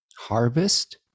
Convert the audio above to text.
harvest